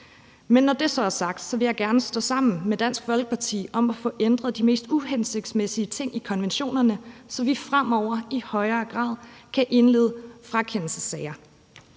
Men når det så er sagt, vil jeg sige, at jeg gerne vil stå sammen med Dansk Folkeparti om at få ændret de mest uhensigtsmæssige ting i konventionerne, så vi fremover i højere grad kan indlede frakendelsessager.